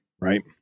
right